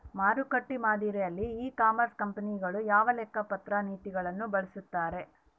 ಮಾರುಕಟ್ಟೆ ಮಾದರಿಯಲ್ಲಿ e commerce ಕಂಪನಿಗಳು ಯಾವ ಲೆಕ್ಕಪತ್ರ ನೇತಿಗಳನ್ನು ಬಳಸುತ್ತಾರೆ?